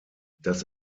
das